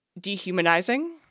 dehumanizing